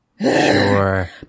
Sure